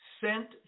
sent